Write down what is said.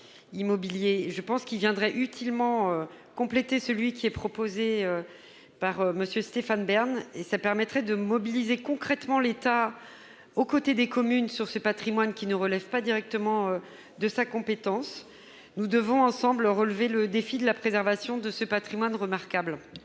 immobilier. Il viendrait utilement compléter celui qui a été proposé récemment par M. Stéphane Bern et il permettrait de mobiliser concrètement l'État aux côtés des communes, en faveur de ce patrimoine qui ne relève pas de sa compétence. Nous devons, ensemble, relever le défi de la préservation de ce patrimoine remarquable